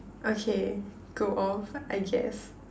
okay go off I guess